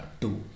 two